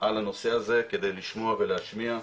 על הנושא הזה כדי לשמוע ולהשמיע,